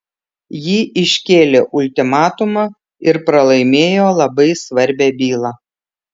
ji iškėlė ultimatumą ir pralaimėjo labai svarbią bylą